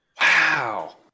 Wow